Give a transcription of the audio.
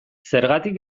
zergatik